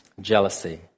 Jealousy